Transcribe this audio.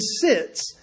sits